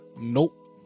Nope